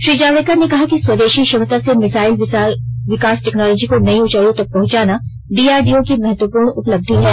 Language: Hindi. श्री जावडेकर ने कहा है कि स्वदेशी क्षमता से मिसाइल विकास टेक्नोलॉजी को नयी ऊंचाइयों तक पहुंचाना डीआरडीओ की महत्वपूर्ण उपलब्धि है